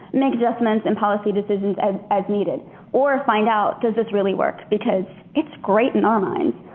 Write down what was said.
make adjustments and policy decisions as as needed or find out, does this really work because it's great in our minds,